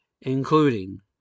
including